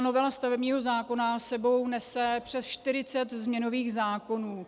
Novela stavebního zákona s sebou nese přes 40 změnových zákonů.